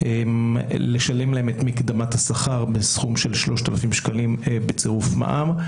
לשלם להם את מקדמת השכר בסכום של 3,000 שקלים בצרוף מע"מ.